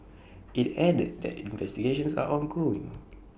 IT added that investigations are ongoing